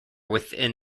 within